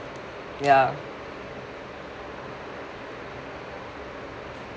ya